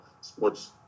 sports